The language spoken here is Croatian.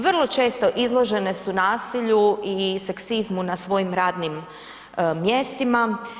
Vrlo često izložene su nasilju i seksizmu na svojim radnim mjestima.